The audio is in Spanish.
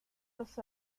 los